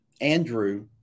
Andrew